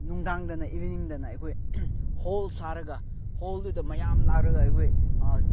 ꯅꯨꯡꯗꯥꯡꯗꯅ ꯏꯕꯤꯅꯤꯡꯗꯅ ꯑꯩꯈꯣꯏ ꯍꯣꯜ ꯁꯥꯔꯒ ꯍꯣꯜꯗꯨꯗ ꯃꯌꯥꯝ ꯂꯥꯛꯂꯒ ꯑꯩꯈꯣꯏ